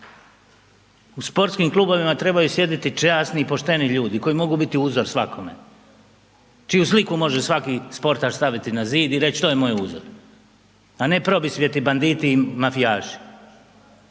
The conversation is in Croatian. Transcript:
U sportskim klubovima trebaju sjediti časni i pošteni ljudi koji mogu biti uzor svakome. Čiju sliku može svaki sportaš staviti na zid i reći, to je moj uzor. A ne probisvijeti, banditi i mafijaši.